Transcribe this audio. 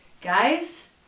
Guys